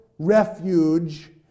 Refuge